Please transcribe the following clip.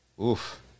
oof